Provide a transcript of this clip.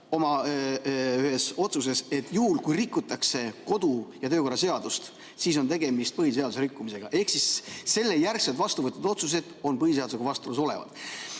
oma otsuses, et juhul, kui rikutakse kodu- ja töökorra seadust, on tegemist põhiseaduse rikkumisega. Ehk siis selle järgselt vastu võetud otsused on põhiseadusega vastuolus olevad.